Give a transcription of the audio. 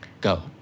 go